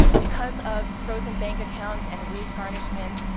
because of frozen bank accounts and wage garnishments,